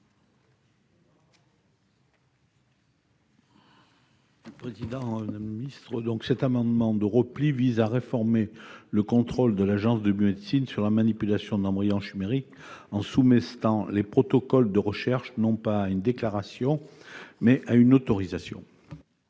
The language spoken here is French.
Chasseing. Cet amendement de repli tend à renforcer le contrôle de l'Agence de la biomédecine sur la manipulation d'embryons chimériques en soumettant les protocoles de recherche, non pas à déclaration, mais à autorisation.